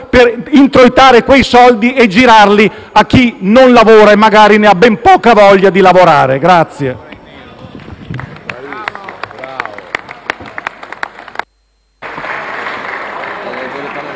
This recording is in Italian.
per introitare quei soldi e girarli a chi non lavora e magari ha ben poca voglia di lavorare.